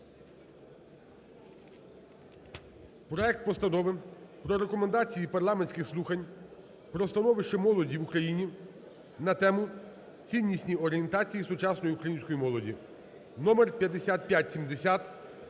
проект Постанови про Рекомендації парламентських слухань про становище молоді в Україні на тему: "Ціннісні орієнтації сучасної української молоді" (номер 5570)